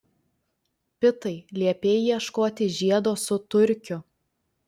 pitai liepei ieškoti žiedo su turkiu